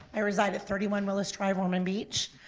i reside at thirty one willis drive, ormond beach.